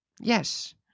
Yes